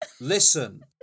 Listen